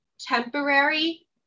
temporary